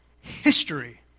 history